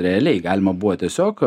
realiai galima buvo tiesiog